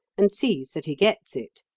and sees that he gets it.